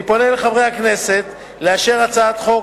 אני פונה אל חברי הכנסת בבקשה לאשר את הצעת החוק